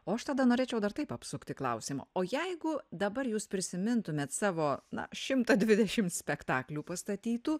o aš tada norėčiau dar taip apsukti klausimą o jeigu dabar jūs prisimintumėt savo na šimtą dvidešim spektaklių pastatytų